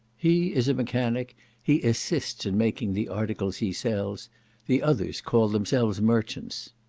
he is a mechanic he assists in making the articles he sells the others call themselves merchants.